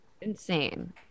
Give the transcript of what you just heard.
insane